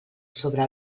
sobre